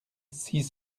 six